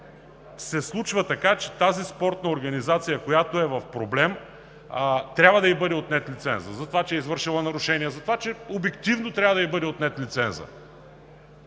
се случва така, че на тази спортна организация, която е в проблем, трябва да ѝ бъде отнет лицензът затова, че е извършила нарушения, обективно трябва да ѝ бъде отнет лицензът,